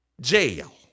jail